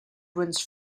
runs